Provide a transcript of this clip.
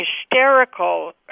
hysterical